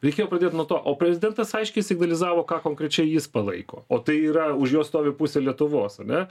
reikėjo pradėt nuo to o prezidentas aiškiai signalizavo ką konkrečiai jis palaiko o tai yra už jo stovi pusė lietuvos ar ne